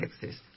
Texas